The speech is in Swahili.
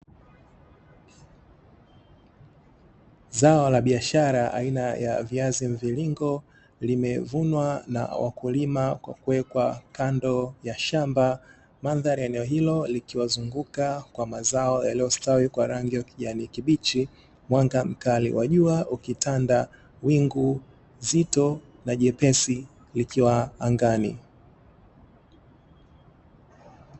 Zao la biashara aina ya viazi mviringo limevunwa na wakulima kwa kuwekwa kando ya shamba, mandhari ya eneo hilo likiwazunguka kwa mazao yaliyostawi kwa rangi ya kijani kibichi; mwanga mkali wa jua ukitanda, wingu zito na jepesi likiwa angani.